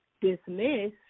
dismiss